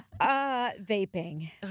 Vaping